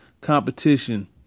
competition